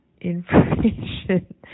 information